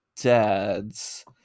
dad's